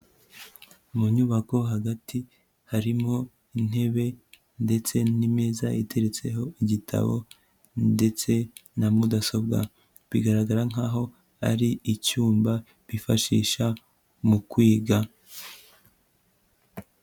Mu nyubako hagati, harimo intebe ndetse n'imeza iteretseho igitabo ndetse na mudasobwa, bigaragara nkaho ari icyumba bifashisha mu kwiga.